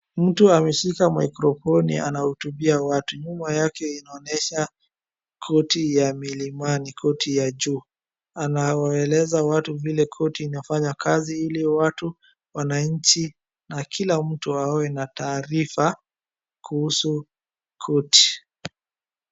Mtu ameshika maikrofoni anahutubia watu. Nyuma yake inaonyesha koti ya milimani, koti ya juu. Anawaeleza watu vile koti inafanya kazi ili watu, wananchi na kila mtu, aoe na taarifa kuhusu koti.